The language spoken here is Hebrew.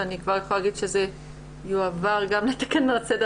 ואני כבר יכולה להגיד שזה יועבר גם לתקנות סדר